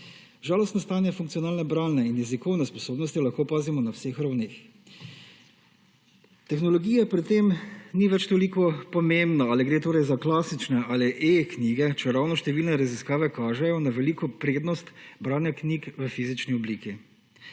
Žalostno stanje funkcionalne bralne in jezikovne sposobnosti lahko opazimo na vseh ravneh. Tehnologija pri tem ni več toliko pomembna, ali gre torej za klasične ali e-knjige, čeravno številne raziskave kažejo na veliko prednost branja knjig v fizični obliki.